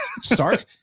Sark